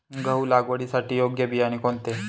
गहू लागवडीसाठी योग्य बियाणे कोणते?